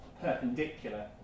perpendicular